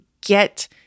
get